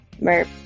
Merp